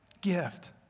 gift